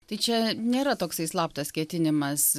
tai čia nėra toksai slaptas ketinimas